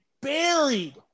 buried